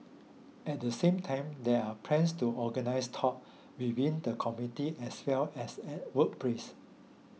at the same time there are plans to organise talk within the community as well as at workplace